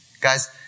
Guys